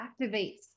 activates